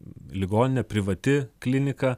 ligoninė privati klinika